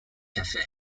café